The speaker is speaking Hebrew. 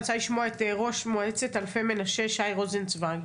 אני רוצה לשמוע את ראש מועצת אלפי מנשה שי רוזנצוויג.